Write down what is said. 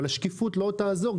אבל השקיפות לא תעזור.